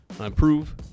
improve